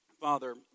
Father